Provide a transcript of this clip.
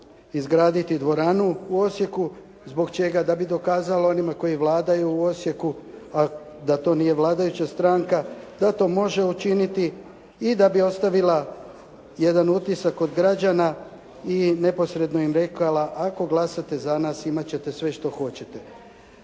izgraditi dvoranu u Osijeku. Zbog čega? Da bi dokazala onima koji vladaju u Osijeku a da to nije vladajuća stranka da to može učiniti i da bi ostavila jedan utisak kod građana i neposredno im rekla ako glasate za nas imat ćete sve što hoćete.